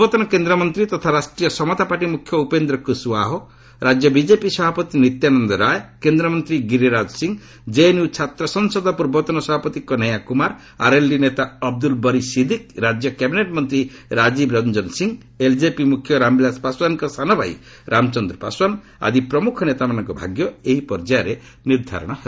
ପୂର୍ବତନ କେନ୍ଦ୍ରମନ୍ତ୍ରୀ ତଥା ରାଷ୍ଟ୍ରୀୟ ସମତା ପାର୍ଟି ମୁଖ୍ୟ ଉପେନ୍ଦ୍ର କୁଶ୍ୱାହ ରାଜ୍ୟ ବିକେପି ସଭାପତି ନିତ୍ୟାନନ୍ଦ ରାୟ କେନ୍ଦ୍ରମନ୍ତ୍ରୀ ଗିରିରାଜ୍ଚ ସିଂ ଜେଏନ୍ୟୁ ଛାତ୍ରସଂସଦ ପୂର୍ବତନ ସଭାପତି କହେୟା କୂମାର ଆର୍ଏଲ୍ଡି ନେତା ଅବୁଦୁଲ୍ ବରି ସିଦ୍ଦିକ୍ ରାଜ୍ୟ କ୍ୟାବିନେଟ୍ ମନ୍ତ୍ରୀ ରାଜୀବ ରଞ୍ଜନ ସିଂ ଏଲ୍ଜେପି ମୁଖ୍ୟ ରାମବିଳାସ ପାଶ୍ୱାନ୍ଙ୍କ ସାନଭାଇ ରାମଚନ୍ଦ୍ର ପାଶ୍ଓ୍ୱାନ୍ ଆଦି ପ୍ରମୁଖ ନେତାମାନଙ୍କ ଭାଗ୍ୟ ଏହି ପର୍ଯ୍ୟାୟରେ ନିର୍ଦ୍ଧାରଣ ହେବ